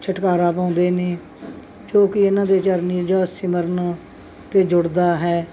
ਛੁਟਕਾਰਾ ਪਾਉਂਦੇ ਨੇ ਜੋ ਕਿ ਇਹਨਾਂ ਦੇ ਚਰਨੀ ਜਾਂ ਸਿਮਰਨ 'ਤੇ ਜੁੜਦਾ ਹੈ